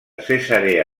cesarea